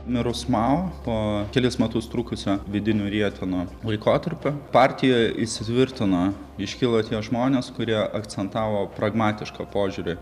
mirus mao po kelis metus trukusio vidinių rietenų laikotarpio partijoje įsitvirtino iškilo tie žmonės kurie akcentavo pragmatišką požiūrį